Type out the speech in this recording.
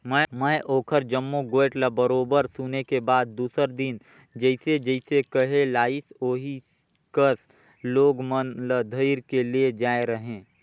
में ओखर जम्मो गोयठ ल बरोबर सुने के बाद दूसर दिन जइसे जइसे कहे लाइस ओही कस लोग मन ल धइर के ले जायें रहें